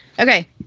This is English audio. Okay